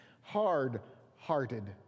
hard-hearted